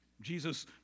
Jesus